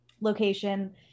location